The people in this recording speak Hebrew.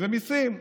זה מיסים.